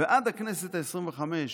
ועד לכנסת העשרים-וחמש,